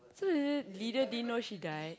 so the leader didn't know she died